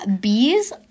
Bees